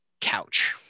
couch